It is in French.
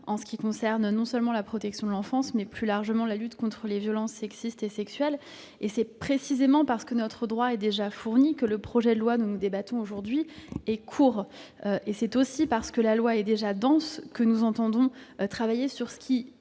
en ce qui concerne non seulement la protection de l'enfance, mais aussi, plus largement, la lutte contre les violences sexistes et sexuelles. C'est précisément parce que notre droit est déjà fourni en la matière que le projet de loi dont nous débattons aujourd'hui est court. C'est aussi parce que la loi est déjà dense que nous entendons travailler sur ce qui,